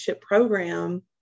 program